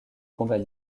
combat